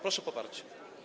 Proszę o poparcie.